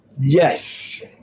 Yes